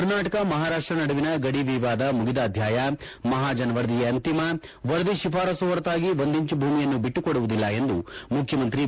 ಕರ್ನಾಟಕ ಮಹಾರಾಷ್ಟ ನಡುವಿನ ಗಡಿ ವಿವಾದ ಮುಗಿದ ಅಧ್ಯಾಯ ಮಹಾಜನ ವರದಿಯೇ ಅಂತಿಮ ವರದಿ ಶಿಫಾರಸು ಹೊರತಾಗಿ ಒಂದು ಇಂಚು ಭೂಮಿಯನ್ನೂ ಬಿಟ್ಟುಕೊಡುವುದಿಲ್ಲ ಎಂದು ಮುಖ್ಯಮಂತ್ರಿ ಬಿ